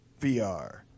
VR